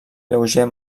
lleuger